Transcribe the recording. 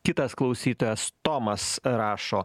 kitas klausytojas tomas rašo